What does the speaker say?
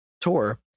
tour